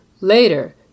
Later